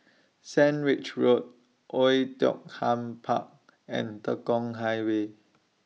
Sandwich Road Oei Tiong Ham Park and Tekong Highway